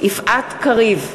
יפעת קריב,